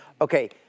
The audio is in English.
Okay